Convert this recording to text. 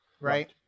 Right